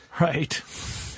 Right